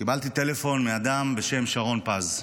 קיבלתי טלפון מאדם בשם שרון פז.